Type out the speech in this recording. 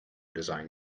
design